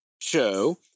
show